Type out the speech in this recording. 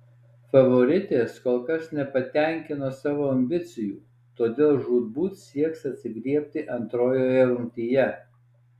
favoritės kol kas nepatenkino savo ambicijų todėl žūtbūt sieks atsigriebti antrojoje rungtyje